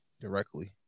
Directly